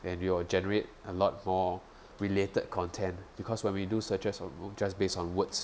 and it will generate a lot more related content because when we do searches just based on words